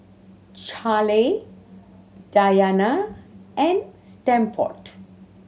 Charley Dianna and Stanford